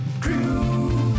crew